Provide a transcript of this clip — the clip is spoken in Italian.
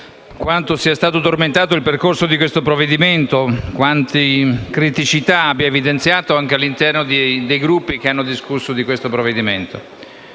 quanto sia stato tormentato il percorso di questo provvedimento, quante criticità abbia evidenziato anche all'interno dei Gruppi che hanno discusso di questo tema.